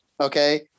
Okay